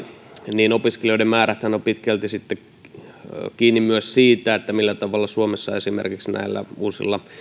niin opiskelijoiden määräthän ovat pitkälti kiinni myös siitä millä tavalla suomessa esimerkiksi näillä uusilla